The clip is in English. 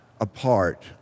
apart